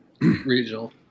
Regional